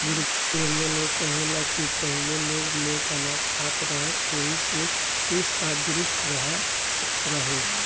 बुढ़ पुरानिया लोग कहे ला की पहिले लोग मोट अनाज खात रहे एही से चुस्त आ दुरुस्त रहत रहे